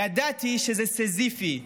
ידעתי שזה סיזיפי,